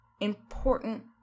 important